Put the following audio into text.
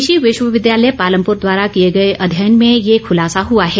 कृषि विश्वविद्यालय पालमपुर द्वारा किए गए अध्ययन में ये खुलासा हुआ हैं